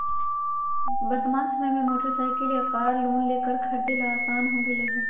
वर्तमान समय में मोटर साईकिल या कार लोन लेकर खरीदे ला आसान हो गयले है